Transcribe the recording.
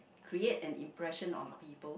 create an impression on people